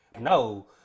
No